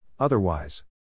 Otherwise